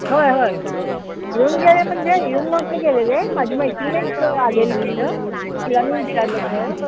होय होय येऊन गेले म्हणजे येऊन नव्हते गेलेले माझी मैत्रीण एक आलेली तिथं तिला मी विचारलं होतं